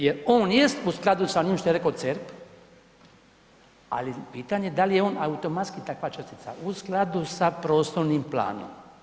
Jer on jest u skladu sa onim što je rekao CERP, ali pitanje da li je on automatski takva čestica u skladu sa prostornim planom?